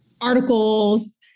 articles